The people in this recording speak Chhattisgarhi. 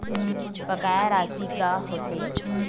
बकाया राशि का होथे?